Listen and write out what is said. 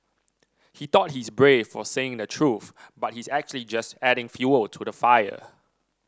he thought he's brave for saying the truth but he's actually just adding fuel to the fire